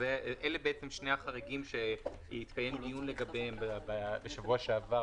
אלה בעצם שני החריגים שהתקיים דיון לגביהם בשבוע שבעבר,